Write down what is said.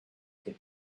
could